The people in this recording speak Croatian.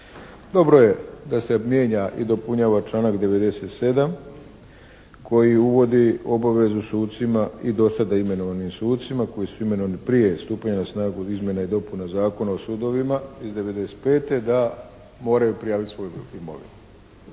Dobro je da se mijenja i dopunjava članak 97. koji uvodi obavezu sucima i do sada imenovanim sucima koji su imenovani prije stupanja na snagu izmjena i dopuna Zakona o sudovima iz 1995. da moraju prijaviti svoju imovinu.